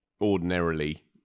ordinarily